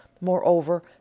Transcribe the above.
Moreover